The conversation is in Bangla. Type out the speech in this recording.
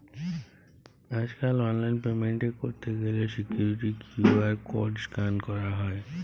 আজ কাল অনলাইল পেমেন্ট এ পে ক্যরত গ্যালে সিকুইরিটি কিউ.আর কড স্ক্যান ক্যরা হ্য়